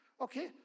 Okay